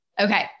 Okay